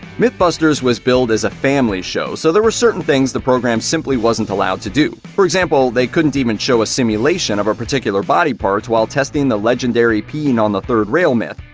mythbusters was billed as a family show, so there were certain things the program simply wasn't allowed to do. for example, they couldn't even show a simulation of a particular body part while testing the legendary peeing on the third rail myth,